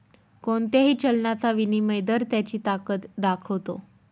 कोणत्याही चलनाचा विनिमय दर त्याची ताकद दाखवतो